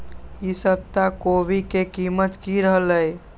ई सप्ताह कोवी के कीमत की रहलै?